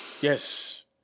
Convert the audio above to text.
Yes